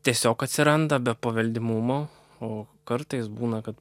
tiesiog atsiranda be paveldimumo o kartais būna kad